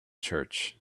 church